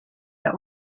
der